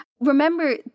remember